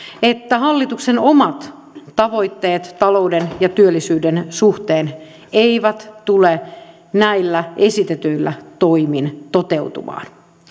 että hallituksen omat tavoitteet talouden ja työllisyyden suhteen eivät tule näillä esitetyillä toimilla toteutumaan